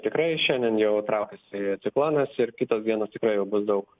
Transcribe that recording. tikrai šiandien jau traukiasi ir ciklonas ir kitos dienos tikrai jau bus daug